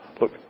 look